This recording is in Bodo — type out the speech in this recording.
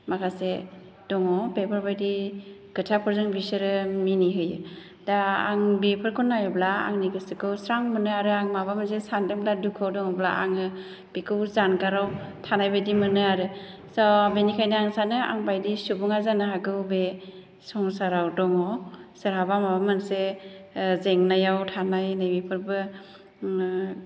माखासे दङ बेफोरबायदि खोथाफोरजों बिसोरो मिनिहोयो दा आं बेफोरखौ नायोब्ला आंनि गोसोखौ स्रां मोनो आरो आं माबा मोनसे सान्दोंब्ला दुखुआव दङब्ला आङो बेखौ जानगाराव थानाय बायदि मोनो आरो स' बेनिखायनो आं सानो आं बायदि सुबुङा जानो हागौ बे संसाराव दङ सोरहाबा माबा मोनसे जेंनायाव थानाय नै बेफोरबो